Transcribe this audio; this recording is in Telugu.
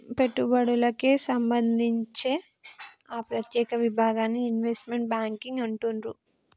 పెట్టుబడులకే సంబంధిత్తే ఆ ప్రత్యేక విభాగాన్ని ఇన్వెస్ట్మెంట్ బ్యేంకింగ్ అంటుండ్రు